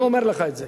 אני אומר לך את זה,